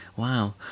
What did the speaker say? Wow